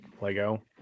lego